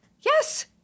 yes